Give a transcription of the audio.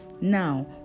Now